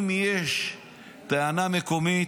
אם יש טענה מקומית,